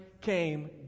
came